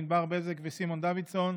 ענבר בזק וסימון דוידסון,